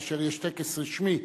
כאשר יש טקס רשמי,